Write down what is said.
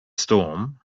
storm